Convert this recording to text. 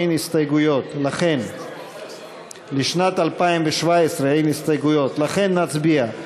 אין הסתייגויות לשנת 2017. לכן נצביע.